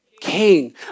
king